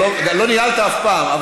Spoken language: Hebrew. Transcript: לא ניהלת אף פעם.